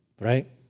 right